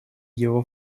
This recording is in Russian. его